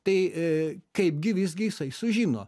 tai kaipgi visgi jisai sužino